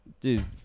Dude